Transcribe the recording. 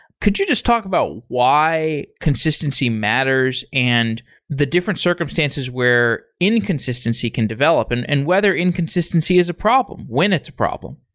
could you just talk about why consistency matters and the different circumstances where inconsistency can develop and and whether inconsistency is a problem? when it's a problem?